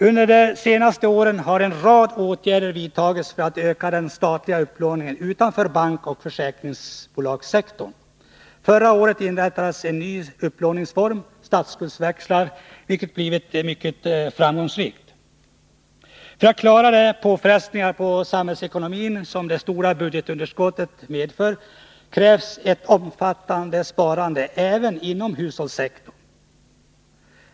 Under de senaste åren har en rad åtgärder vidtagits för att öka den statliga upplåningen utanför bankoch försäkringsbolagssektorn. Förra året inrättades en ny upplåningsform — statsskuldsväxlar — vilken blivit mycket framgångsrik. För att klara de påfrestningar på samhällsekonomin som det stora budgetunderskottet medför krävs ett omfattande sparande även inom hushållssektorn.